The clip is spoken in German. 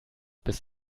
bis